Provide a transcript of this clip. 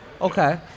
Okay